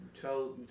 Tell